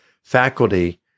faculty